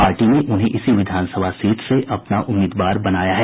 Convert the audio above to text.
party ने उन्हें इसी विधानसभा सीट से अपना उम्मीदवार बनाया है